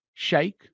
Shake